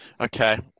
Okay